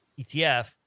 ETF